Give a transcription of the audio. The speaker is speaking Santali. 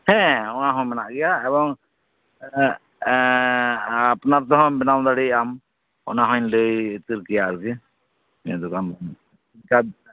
ᱦᱮᱸ ᱚᱱᱟ ᱦᱚᱸ ᱢᱮᱱᱟᱜ ᱜᱮᱭᱟ ᱮᱵᱚᱝ ᱟᱯᱱᱟᱨ ᱛᱮᱸᱦᱚᱢ ᱵᱮᱱᱟᱣ ᱫᱟᱲᱮᱭᱟᱜ ᱟᱢ ᱟᱱᱟ ᱦᱚᱸᱧ ᱞᱟᱹᱭ ᱩᱛᱟᱹᱨ ᱠᱮᱭᱟ ᱟᱨᱠᱤ ᱱᱤᱭᱟᱹ ᱫᱚ ᱵᱟᱝ